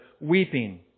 weeping